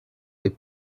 est